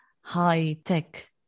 high-tech